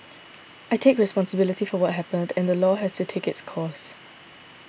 I take responsibility for what happened and the law has to take its course